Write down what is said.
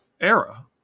era